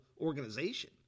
organization